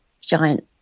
giant